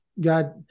God